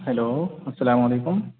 hello السلام علیکم